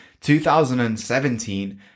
2017